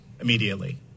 immediately